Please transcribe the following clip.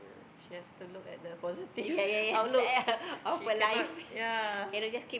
she has to look at the positive outlook she cannot ya